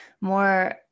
more